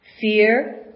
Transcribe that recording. Fear